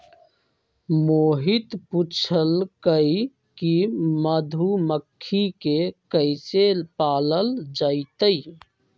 मोहित पूछलकई कि मधुमखि के कईसे पालल जतई